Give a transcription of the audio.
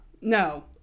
no